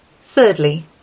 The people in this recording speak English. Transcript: Thirdly